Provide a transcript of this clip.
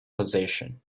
position